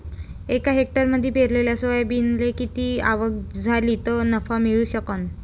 एका हेक्टरमंदी पेरलेल्या सोयाबीनले किती आवक झाली तं नफा मिळू शकन?